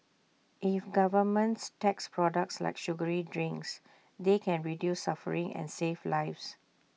if governments tax products like sugary drinks they can reduce suffering and save lives